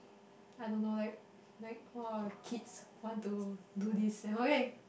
I don't know like like !wah! kids want to do this kind of thing